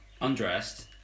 undressed